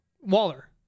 Waller